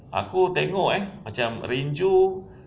aku tengok eh macam rin joo